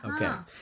Okay